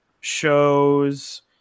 shows